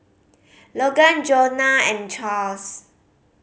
Logan Johnna and Charls